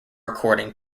according